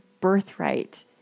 birthright